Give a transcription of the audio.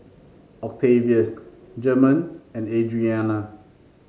Octavius German and Adrianna